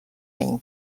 این